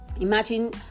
Imagine